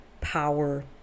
power